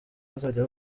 bazajya